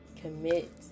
commit